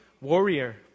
warrior